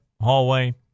hallway